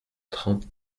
trente